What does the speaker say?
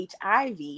HIV